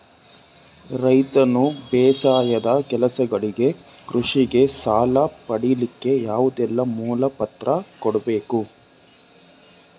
ರೈತನು ಬೇಸಾಯದ ಕೆಲಸಗಳಿಗೆ, ಕೃಷಿಗೆ ಸಾಲ ಪಡಿಲಿಕ್ಕೆ ಯಾವುದೆಲ್ಲ ಮೂಲ ಪತ್ರ ಕೊಡ್ಬೇಕು?